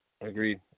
agreed